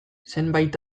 zenbait